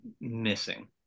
missing